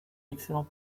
excellent